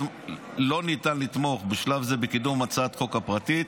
לא ניתן לתמוך בשלב זה בקידום הצעת החוק הפרטית.